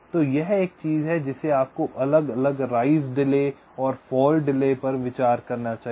तो यह एक चीज है जिसे आपको अलग अलग राइज डिले और फॉल डिले पर विचार करना चाहिए